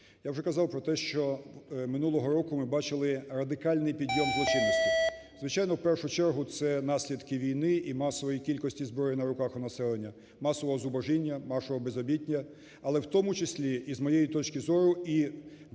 Я вже казав про те, що минулого року ми бачили радикальний підйом злочинності. Звичайно, в першу чергу, це наслідки війни і масової кількості зброї на руках у населення, масового зубожіння, масового безробіття. Але в тому числі і, з моєї точки зору, і з